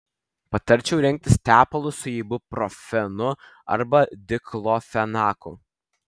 patarčiau rinktis tepalus su ibuprofenu arba diklofenaku